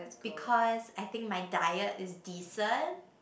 because I think my diet is decent